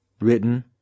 written